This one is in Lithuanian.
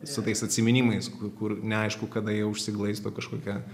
su tais atsiminimais ku kur neaišku kada jie užsiglaisto kažkokia